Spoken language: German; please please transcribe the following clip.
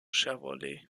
chevrolet